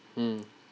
mm